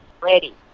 ready